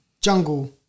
Jungle